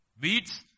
weeds